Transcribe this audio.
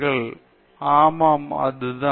ஜீஷான் ஆமாம் அது தான்